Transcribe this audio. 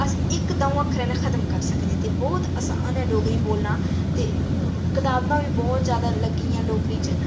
इक द'ऊं अक्खरें नै खत्म करी सकने ते बहुत असान ऐ डोगरी बोलना ते कताबां बी बहुत जैदा लग्गी दियां डोगरी च